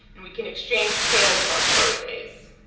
and we can exchange tales of our glory days.